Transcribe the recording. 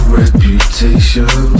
reputation